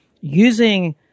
using